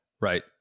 right